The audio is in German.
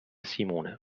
simone